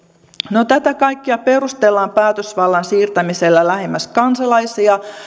no tätä kaikkea perustellaan päätösvallan siirtämisellä lähemmäksi kansalaisia